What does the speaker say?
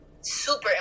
super